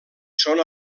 són